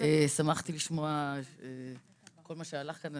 שמחתי לשמוע כל מה שהלך כאן.